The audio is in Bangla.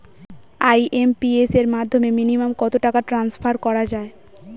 আই.এম.পি.এস এর মাধ্যমে মিনিমাম কত টাকা ট্রান্সফার করা যায়?